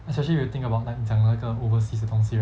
especially when you think about like 你讲的那个 overseas 的东西 right